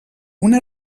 una